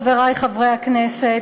חברי חברי הכנסת,